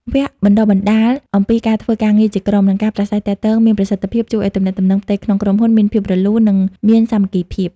វគ្គបណ្ដុះបណ្ដាលអំពីការធ្វើការងារជាក្រុម និងការប្រាស្រ័យទាក់ទងមានប្រសិទ្ធភាព ជួយឱ្យទំនាក់ទំនងផ្ទៃក្នុងក្រុមហ៊ុនមានភាពរលូន និងមានសាមគ្គីភាព។